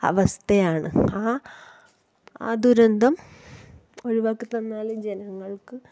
അവസ്ഥയാണ് ആ ആ ദുരന്തം ഒഴിവാക്കി തന്നാല് ജനങ്ങൾക്ക്